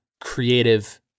creative